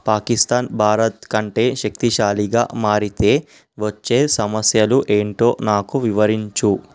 పాకిస్తాన్ భారత్ కంటే శక్తిశాలిగా మారితే వచ్చే సమస్యలు ఏంటో నాకు వివరించు